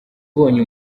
ubonye